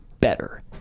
better